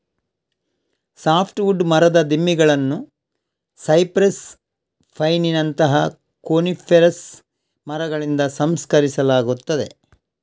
soft wood ಮರದ ದಿಮ್ಮಿಗಳನ್ನು cypress, ಪೈನಿನಂತಹ ಕೋನಿಫೆರಸ್ ಮರಗಳಿಂದ ಸಂಸ್ಕರಿಸಲಾಗುತ್ತದೆ